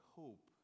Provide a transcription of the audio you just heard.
hope